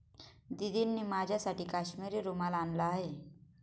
दीदींनी माझ्यासाठी काश्मिरी रुमाल आणला आहे